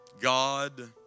God